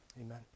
Amen